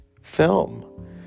film